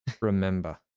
remember